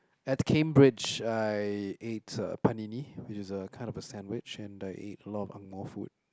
at Cambridge I ate uh panini which is a kind of a sandwich and I ate a lot of angmoh food